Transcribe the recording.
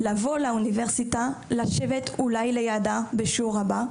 לבוא לאוניברסיטה, לשבת אולי לידה בשיעור הבא.